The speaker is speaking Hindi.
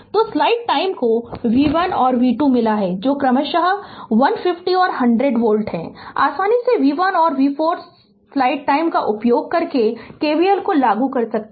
तो स्लाइड टाइम को v1 और v2 मिला है जो क्रमशः 150 और 100 वोल्ट है आसानी से v1 और v 4 को स्लाइड टाइम का उपयोग करके KVL भी लागू कर सकते हैं